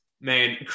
man